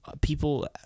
people